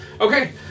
okay